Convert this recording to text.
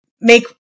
make